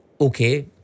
okay